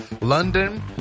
London